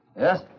Yes